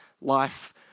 life